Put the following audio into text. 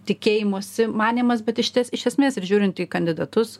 tikėjimosi manymas bet išties iš esmės ir žiūrint į kandidatus